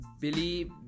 Billy